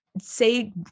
say